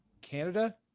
Canada